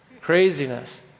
Craziness